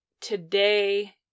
today